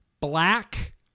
Black